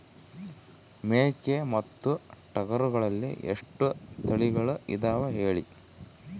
ಮೇಕೆ ಮತ್ತು ಟಗರುಗಳಲ್ಲಿ ಎಷ್ಟು ತಳಿಗಳು ಇದಾವ ಹೇಳಿ?